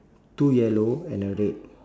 two yellow and a red